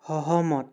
সহমত